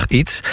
iets